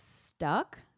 stuck